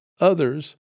others